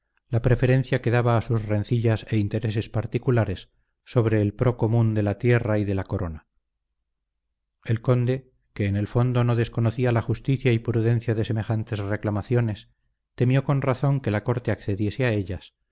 la preferencia que daba a sus rencillas e intereses particulares sobre el procomún de la tierra y de la corona el conde que en el fondo no desconocía la justicia y prudencia de semejantes reclamaciones temió con razón que la corte accediese a ellas